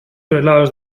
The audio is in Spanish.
prelados